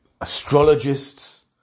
astrologists